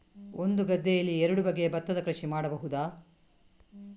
ಒಂದು ಗದ್ದೆಯಲ್ಲಿ ಎರಡು ಬಗೆಯ ಭತ್ತದ ಕೃಷಿ ಮಾಡಬಹುದಾ?